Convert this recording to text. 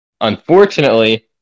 unfortunately